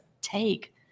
take